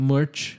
Merch